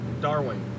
Darwin